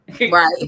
Right